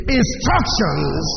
instructions